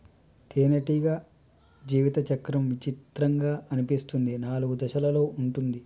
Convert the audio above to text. తేనెటీగ జీవిత చక్రం చిత్రంగా అనిపిస్తుంది నాలుగు దశలలో ఉంటుంది